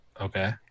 Okay